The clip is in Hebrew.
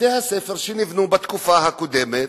בתי-הספר שנבנו בתקופה הקודמת,